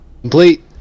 complete